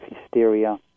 hysteria